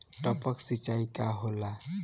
टपक सिंचाई का होला?